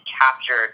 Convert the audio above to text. captured